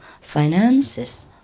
finances